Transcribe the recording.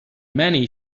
many